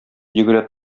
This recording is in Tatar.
йөгерә